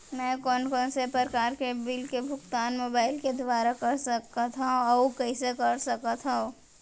मैं कोन कोन से प्रकार के बिल के भुगतान मोबाईल के दुवारा कर सकथव अऊ कइसे कर सकथव?